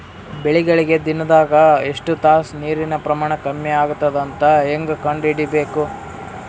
ಬೆಳಿಗಳಿಗೆ ದಿನದಾಗ ಎಷ್ಟು ತಾಸ ನೀರಿನ ಪ್ರಮಾಣ ಕಮ್ಮಿ ಆಗತದ ಅಂತ ಹೇಂಗ ಕಂಡ ಹಿಡಿಯಬೇಕು?